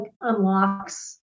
unlocks